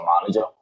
manager